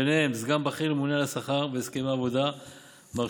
ובהם סגן בכיר לממונה על השכר והסכמי עבודה מר